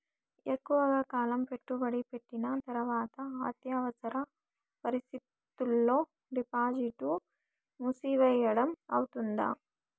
ఎక్కువగా కాలం పెట్టుబడి పెట్టిన తర్వాత అత్యవసర పరిస్థితుల్లో డిపాజిట్లు మూసివేయడం అవుతుందా?